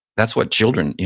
that's what children.